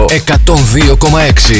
102.6